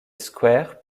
square